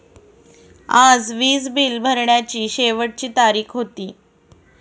आज वीज बिल भरण्याची शेवटची तारीख होती